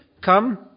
come